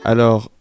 Alors